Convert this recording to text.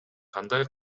кандай